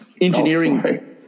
engineering